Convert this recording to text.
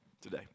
today